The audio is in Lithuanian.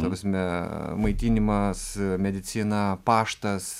ta prasme maitinimas medicina paštas